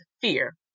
fear